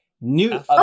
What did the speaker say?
New